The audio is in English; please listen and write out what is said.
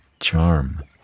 charm